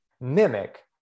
mimic